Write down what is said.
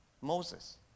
Moses